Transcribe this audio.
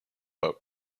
boat